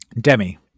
demi